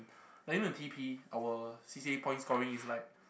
like you know in T_P our C_C_A points scoring is like